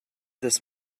this